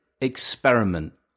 experiment